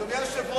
אדוני היושב-ראש,